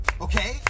Okay